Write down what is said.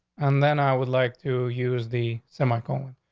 and then i would like to use the semi colon.